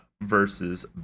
versus